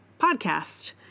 podcast